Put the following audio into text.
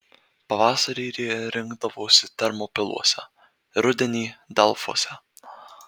pavasarį jie rinkdavosi termopiluose rudenį delfuose